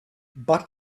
but